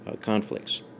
conflicts